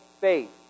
faith